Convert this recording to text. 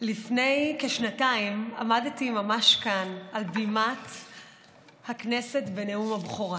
לפני כשנתיים עמדתי ממש כאן על בימת הכנסת בנאום הבכורה